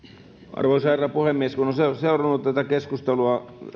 arvoisa herra puhemies kun on seurannut tätä keskustelua että